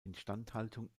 instandhaltung